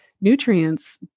nutrients